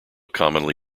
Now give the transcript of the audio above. commonly